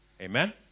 Amen